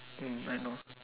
mm I know